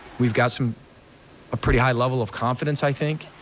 you've got some a pretty high level of confidence, i think.